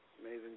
amazing